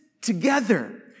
together